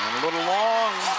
little long